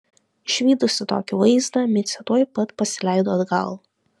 išvydusi tokį vaizdą micė tuoj pat pasileido atgal